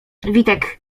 witek